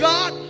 God